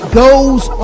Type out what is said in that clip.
goes